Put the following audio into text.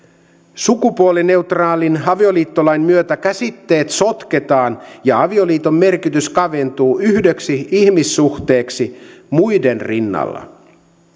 sukupuolineutraalin avioliittolain myötä käsitteet sotketaan ja avioliiton merkitys kaventuu yhdeksi ihmissuhteeksi muiden rinnalla